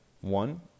One